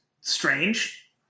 strange